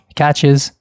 catches